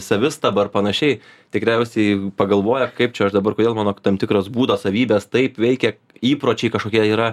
savistaba ar panašiai tikriausiai pagalvoja kaip čia aš dabar kodėl mano tam tikros būdo savybės taip veikia įpročiai kažkokie yra